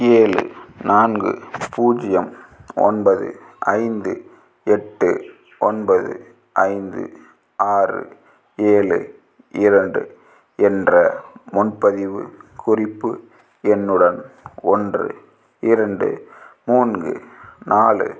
ஏழு நான்கு பூஜ்ஜியம் ஒன்பது ஐந்து எட்டு ஒன்பது ஐந்து ஆறு ஏழு இரண்டு என்ற முன்பதிவு குறிப்பு எண்ணுடன் ஒன்று இரண்டு மூன்கு நாலு